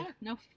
No